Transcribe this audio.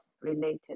related